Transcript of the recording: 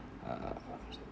uh